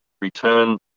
return